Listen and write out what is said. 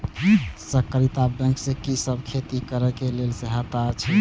सहकारिता बैंक से कि सब खेती करे के लेल सहायता अछि?